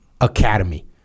academy